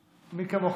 מי כמוך יודע.